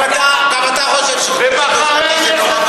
גם אתה חושב, זה נורא ואיום.